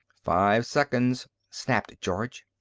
five seconds, snapped george.